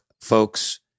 folks